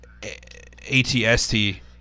atst